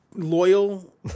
Loyal